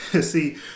see